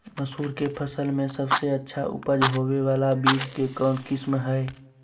मसूर के फसल में सबसे अच्छा उपज होबे बाला बीज के कौन किस्म हय?